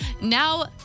Now